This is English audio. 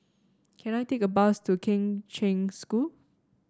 can I take a bus to Kheng Cheng School